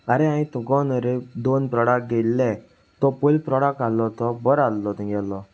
आरे हांवें तुगो नुरे दोन प्रोडाक्ट गेल्ले तो पयलो प्रोडाक्ट आसलो तो बरो आसलो तुंगेलो